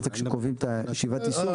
אז לפני שקובעים את ישיבת היישום,